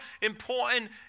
important